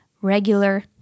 regular